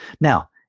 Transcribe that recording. now